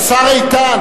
מסלול מקביל, השר איתן.